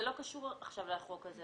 זה לא קשור עכשיו לחוק הזה.